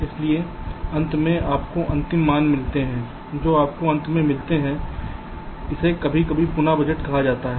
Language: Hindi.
इसलिए अंत में आपको अंतिम मान मिलते हैं जो आपको अंत में मिलते हैं इसे कभी कभी पुनः बजट कहा जाता है